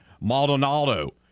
Maldonado